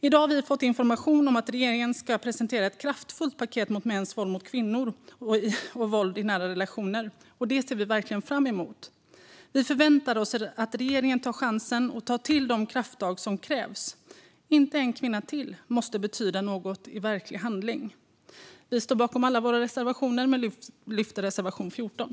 I dag har vi fått information om att regeringen ska presentera ett kraftfullt paket mot mäns våld mot kvinnor och våld i nära relationer. Det ser vi verkligen fram emot. Vi förväntar oss att regeringen tar chansen att ta till de krafttag som krävs. "Inte en kvinna till" måste betyda något i verklig handling. Vi står bakom alla våra reservationer, men jag yrkar bifall endast till reservation 14.